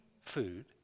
food